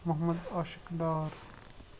Mohammad Ashiq Dar